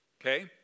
okay